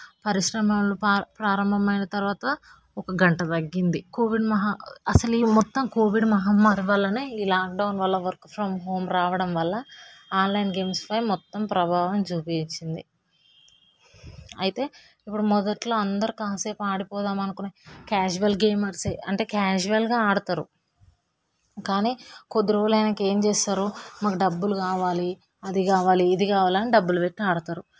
పరిశ్రమలు ప్రా ప్రారంభమైన తర్వాత ఒక గంట తగ్గింది కోవిడ్ మహమ్మారి అసలు ఈ మొత్తం కోవిడ్ మహమ్మారి వల్లనే ఈ లాక్డౌన్ వల్ల వర్క్ ఫ్రం హోం రావడం వల్ల ఆన్లైన్ గేమ్స్ పై మొత్తం ప్రభావం చూపించింది అయితే ఇప్పుడు మొదట్లో అందరు కాసేపు ఆడిపోదాం అనేసి క్యాజువల్ గేమర్స్యే అంటే క్యాజువల్గా ఆడుతారు కానీ కొద్దిరోజులు అయినాక ఏం చేస్తారు మాకు డబ్బులు కావాలి అది కావాలి ఇది కావాలి అని డబ్బులు పెట్టి ఆడతారు